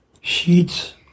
sheets